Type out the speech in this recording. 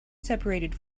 separated